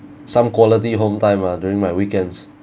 some quality home time ah during my weekends